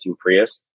Prius